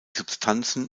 substanzen